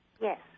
Yes